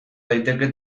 daiteke